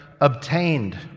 obtained